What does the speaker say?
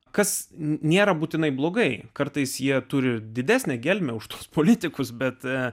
kas nėra būtinai blogai kartais jie turi didesnę gelmę už tuos politikus bet